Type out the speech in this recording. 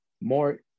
more